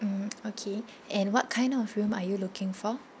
mm okay and what kind of room are you looking for